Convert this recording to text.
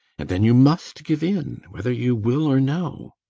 and then you must give in whether you will or no.